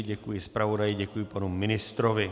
Děkuji zpravodaji, děkuji panu ministrovi.